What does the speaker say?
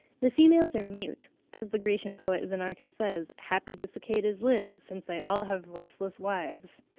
the females are mute as the grecian poet xenarchus says, happy the cicadas live, since they all have voiceless wives.